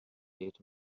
дээд